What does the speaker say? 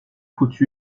foutu